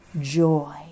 joy